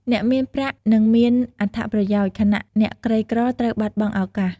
អ្នកមានប្រាក់នឹងមានអត្ថប្រយោជន៍ ខណៈអ្នកក្រីក្រត្រូវបាត់បង់ឱកាស។